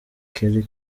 kelly